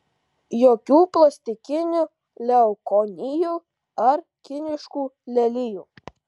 jokių plastikinių leukonijų ar kiniškų lelijų